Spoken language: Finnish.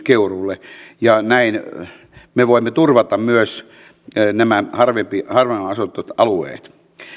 keuruulle ja näin me voimme turvata myös nämä harvaan harvaan asutut alueet